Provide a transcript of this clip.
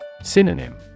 Synonym